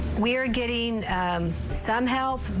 we are getting and some help,